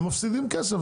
הם מפסידים כסף ,